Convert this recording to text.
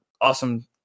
awesome